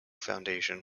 foundation